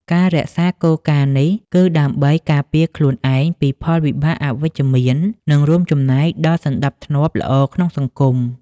ការរក្សាគោលការណ៍នេះ គឺដើម្បីការពារខ្លួនឯងពីផលវិបាកអវិជ្ជមាន និងរួមចំណែកដល់សណ្តាប់ធ្នាប់ល្អក្នុងសង្គម។